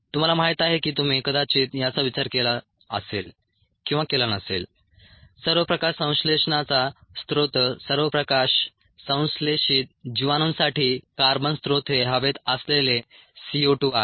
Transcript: तुम्हाला माहित आहे की तुम्ही कदाचित याचा विचार केला असेल किंवा केला नसेल सर्व प्रकाश संश्लेषणाचा स्रोत सर्व प्रकाश संश्लेषित जीवाणूंसाठी कार्बन स्त्रोत हे हवेत असलेले CO2 आहे